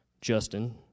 Justin